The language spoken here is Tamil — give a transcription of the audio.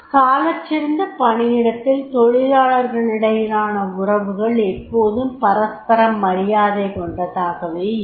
சாலச்சிறந்த பணியிடத்தில் தொழிலாளர்களிடையிலான உறவுகள் எப்போதும் பரஸ்பரம் மரியாதை கொண்டதாகவே இருக்கும்